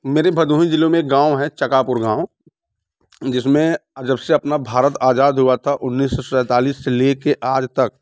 मेरे भदोही जिले में एक गाँव है चकापुर गाँव जिसमें जब से अपना भारत आजाद हुआ था उन्नीस सौ सैंतालीस से लेके आज तक